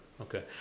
okay